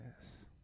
Yes